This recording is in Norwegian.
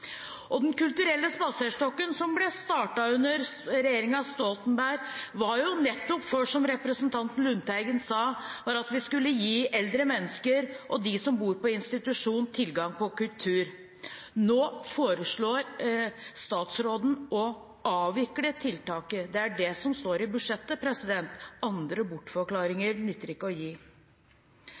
Den kulturelle spaserstokken, som ble startet under regjeringen Stoltenberg, var nettopp – som representanten Lundteigen sa – for at man skulle gi eldre mennesker og dem som bor på institusjon, tilgang på kultur. Nå foreslår statsråden å avvikle tiltaket. Det er det som står i budsjettet, andre bortforklaringer nytter det ikke å gi.